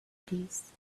peace